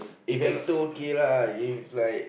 if actor okay lah if like